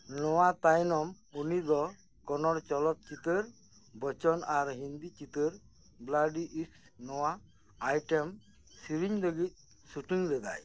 ᱱᱚᱣᱟ ᱛᱟᱭᱱᱚᱢ ᱩᱱᱤ ᱫᱚ ᱠᱚᱱᱱᱚᱲ ᱪᱚᱞᱚᱛ ᱪᱤᱛᱟᱹᱨ ᱵᱚᱪᱪᱚᱱ ᱟᱨ ᱦᱤᱱᱫᱤ ᱪᱤᱛᱟᱹᱨ ᱵᱞᱟᱰᱤ ᱤᱥᱠ ᱱᱚᱣᱟ ᱟᱭᱴᱮᱢ ᱥᱮᱨᱮᱧ ᱞᱟᱹᱜᱤᱫ ᱥᱩᱴᱤᱝ ᱞᱮᱫᱟᱭ